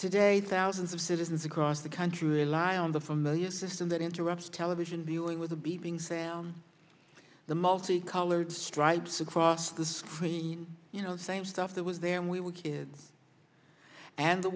today thousands of citizens across the country rely on the familiar system that interrupts television viewing with a beeping sound the multi colored stripes across the screen you know the same stuff that was there when we were kids and the